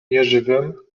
nieżywym